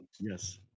yes